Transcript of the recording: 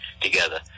together